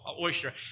oyster